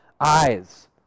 eyes